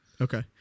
Okay